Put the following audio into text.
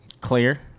Clear